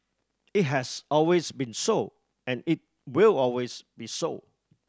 it has always been so and it will always be so